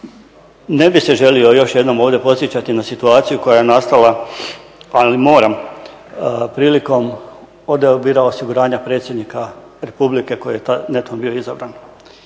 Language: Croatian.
Ne bih se želio još jednom ovdje podsjećati na situaciju koja je nastala, ali moram, prilikom odabira osiguranja predsjednika republike koji je netom bio izabran.